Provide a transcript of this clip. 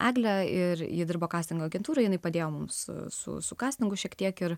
eglę ir ji dirbo kastingo agentūroj jinai padėjo mums su su kastingu šiek tiek ir